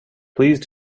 please